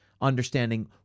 understanding